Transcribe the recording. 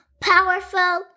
powerful